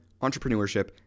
entrepreneurship